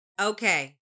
Okay